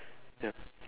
ya